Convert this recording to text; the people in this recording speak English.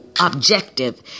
objective